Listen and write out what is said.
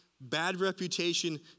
bad-reputation